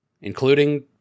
Including